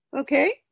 okay